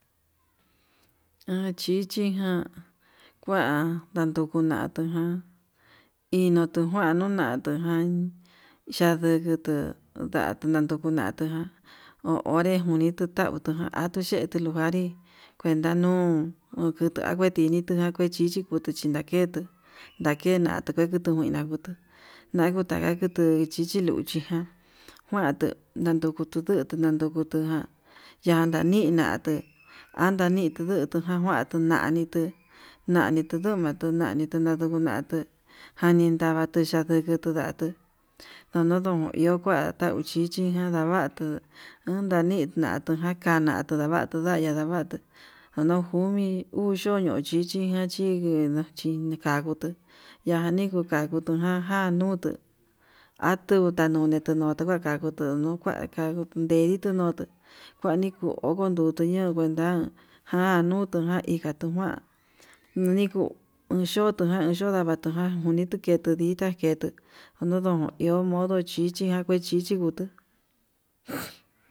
Ha chichijan kua nanduku natuja, inuu tujuan nunatu ján chandukutu nda ndandukunatu ján ho onre kuni tu tautu ján ha tuxhetuu luvari kuenta nuu ukutu akueti ndakuechichi kutu chinaketu, ndakena tuketunguina ngutu nanguta ngutu chichi luchi, jan kuando nandukutu lutuu nandukutu llanda ni'í natuu, anda nii ngudutu nanjuana nii tunanitu nanito ndomoto nanitu tundamatu jani nadvatu tinukutu yatuu jani ndunu ihó, kua tau chichijan ndava tu kuandu uun nani natuján kanuu natuu ndavatu jaya'a ndavatuu uño komi ucho no'o chichijan chí ndachini kangutu yaniku kangutu ján ja notuu atu tanonitu ndakakutu nokuaka nondenitu no'oto, kuaniko odon nduteña kuenta ha nutuján ikatuu kuan niko ochotojan nudavatón ján unito ketuu ditá ketu onodomi iho ndomo chichi nakue chichi ngutu.